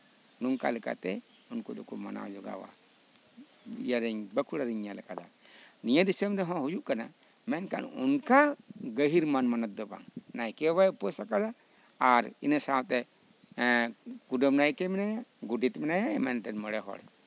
ᱱᱚᱝᱠᱟ ᱞᱮᱠᱟᱛᱮ ᱩᱱᱠᱩ ᱫᱚᱠᱚ ᱢᱟᱱᱟᱣ ᱡᱚᱜᱟᱣᱟ ᱤᱭᱟᱨᱮᱧ ᱵᱟᱸᱠᱩᱲᱟ ᱨᱤᱧ ᱧᱮᱞ ᱟᱠᱟᱫᱟ ᱱᱤᱭᱟᱹ ᱫᱤᱥᱚᱢ ᱨᱮᱦᱚᱸ ᱦᱩᱭᱩᱜ ᱠᱟᱱᱟ ᱢᱮᱱᱠᱷᱟᱱ ᱚᱱᱠᱟ ᱜᱟᱹᱦᱤᱨ ᱢᱟᱱ ᱢᱟᱱᱚᱛ ᱫᱚ ᱵᱟᱝ ᱱᱟᱭᱠᱮ ᱵᱟᱵᱟᱭ ᱩᱯᱟᱹᱥ ᱟᱠᱟᱫᱟ ᱟᱨ ᱤᱱᱟᱹ ᱥᱟᱶᱛᱮ ᱠᱩᱰᱟᱹᱢ ᱱᱟᱭᱠᱮ ᱢᱮᱱᱟᱭᱟ ᱜᱚᱰᱮᱛ ᱢᱮᱱᱟᱭᱟ ᱮᱢᱟᱱ ᱛᱮᱱ ᱢᱚᱬᱮ ᱦᱚᱲ